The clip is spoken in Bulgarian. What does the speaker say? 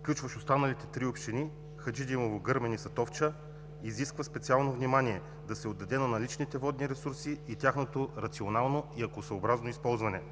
включващ останалите три общини: Хаджидимово, Гърмен и Сатовча, изисква да се отдаде специално внимание на наличните водни ресурси и тяхното рационално и екосъобразно използване.